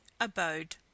abode